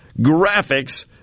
graphics